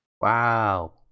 Wow